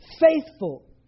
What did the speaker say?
faithful